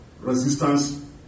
resistance